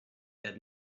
that